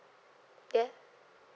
yes